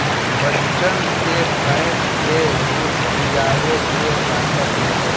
बच्चन के भैंस के दूध पीआवे से ताकत मिलेला